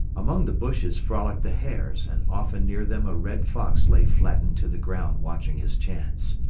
among the bushes frolicked the hares and often near them a red fox lay flattened to the ground watching his chance.